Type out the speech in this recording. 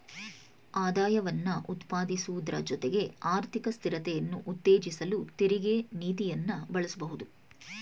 ಆದಾಯವನ್ನ ಉತ್ಪಾದಿಸುವುದ್ರ ಜೊತೆಗೆ ಆರ್ಥಿಕ ಸ್ಥಿರತೆಯನ್ನ ಉತ್ತೇಜಿಸಲು ತೆರಿಗೆ ನೀತಿಯನ್ನ ಬಳಸಬಹುದು